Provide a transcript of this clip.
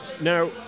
Now